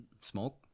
smoke